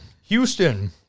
Houston